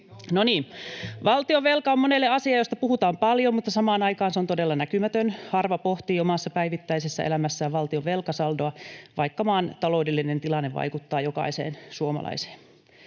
Valtionvelka on monelle asia, josta puhutaan paljon, mutta samaan aikaan se on todella näkymätön. Harva pohtii omassa päivittäisessä elämässään valtionvelkasaldoa, vaikka maan taloudellinen tilanne vaikuttaa jokaiseen suomalaiseen.